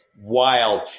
Wild